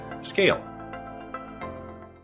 scale